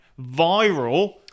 viral